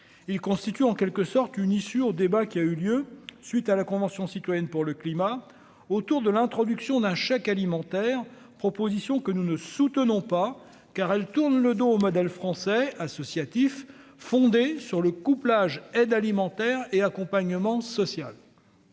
il constitue en quelque sorte une issue au débat qui a eu lieu suite à la Convention citoyenne pour le climat autour de l'introduction d'un chèque alimentaire propositions que nous ne soutenons pas car elle tourne le dos au modèle français associatif fondé sur le couplage aide alimentaire et accompagnement social.